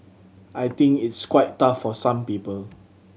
I think it's quite tough for some people